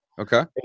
Okay